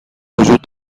وجود